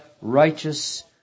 righteous